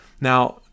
Now